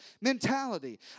mentality